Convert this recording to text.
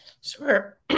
Sure